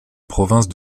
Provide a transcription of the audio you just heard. province